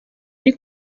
ari